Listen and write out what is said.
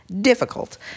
difficult